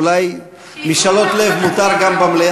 אולי גם משאלות לב מותר במליאה?